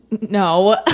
No